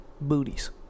booties